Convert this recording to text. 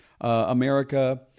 America